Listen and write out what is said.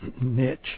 niche